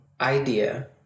idea